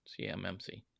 CMMC